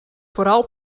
vooral